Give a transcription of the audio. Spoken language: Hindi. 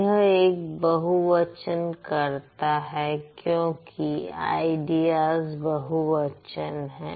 यह एक बहुवचन करता है क्योंकि आईडियाज बहुवचन है